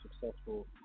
successful